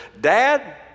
Dad